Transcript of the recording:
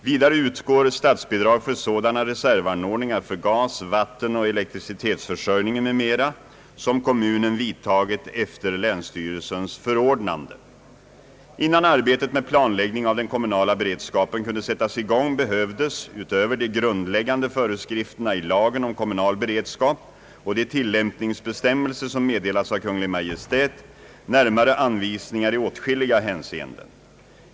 Vidare utgår statsbidrag för sådana reservanord Innan arbetet med planläggning av den kommunala beredskapen kunde sättas i gång behövdes — utöver de grundläggande föreskrifterna i lagen om kommunal beredskap och de tillämpningsbestämmelser som meddelats av Kungl. Maj:t — närmare anvisningar i åtskilliga hänseenden.